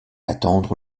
attendre